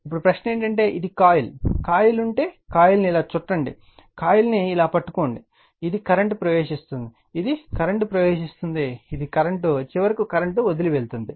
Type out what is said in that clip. ఇప్పుడు ప్రశ్న ఏమిటంటే ఇది కాయిల్ కాయిల్ ఉంటే కాయిల్ను ఇలా చుట్టండి కాయిల్ను ఇలా పట్టుకోండి మరియు ఇది కరెంట్ ప్రవేశిస్తుంది ఇది కరెంట్ ప్రవేశిస్తుంది ఇది కరెంట్ చివరకు కరెంట్ వదిలి వెళ్తుంది